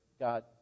God